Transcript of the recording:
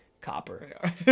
copper